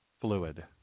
fluid